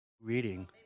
reading